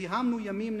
זיהמנו ימים,